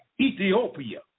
Ethiopia